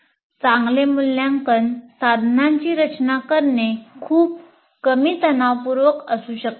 चांगले मूल्यांकन साधनांची रचना करणे खूप कमी तणावपूर्ण असू शकते